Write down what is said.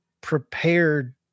prepared